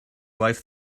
life